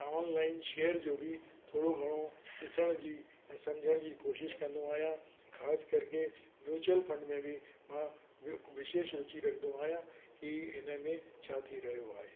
online share जो बि थोरो घणो ॾिसण जी ऐं सम्झण जी कोशिश कंदो आहियां ख़ासि करके म्यूचुअल फंड में बि मां विशेष रूचि रखंदो आहियां कि हिन में छा थी रहियो आहे